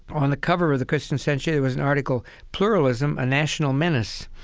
on the cover of the christian century, there was an article, pluralism, a national menace.